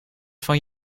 van